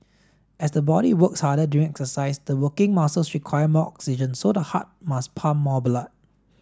as the body works harder during exercise the working muscles require more oxygen so the heart must pump more blood